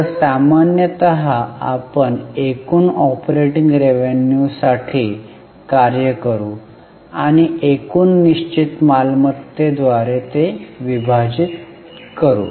तर सामान्यत आपण एकूण ऑपरेटिंग रेव्हेन्यूसाठी कार्य करू आणि एकूण निश्चित मालमत्तेद्वारे ते विभाजित करू